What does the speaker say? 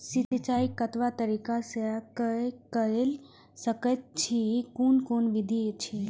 सिंचाई कतवा तरीका स के कैल सकैत छी कून कून विधि अछि?